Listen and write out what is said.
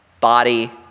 body